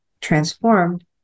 transformed